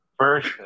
First